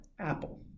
apple